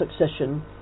succession